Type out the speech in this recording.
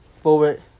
forward